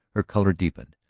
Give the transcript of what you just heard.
her color deepened.